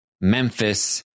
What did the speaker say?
Memphis